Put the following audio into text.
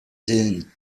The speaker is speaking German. dillon